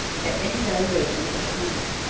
at any valuation put upon them.